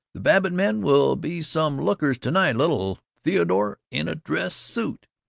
the babbitt men will be some lookers to-night! little theodore in a dress-suit!